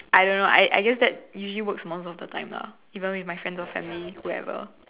I don't know I I guess that usually works most of the time lah even with my friends or family whoever